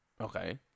Okay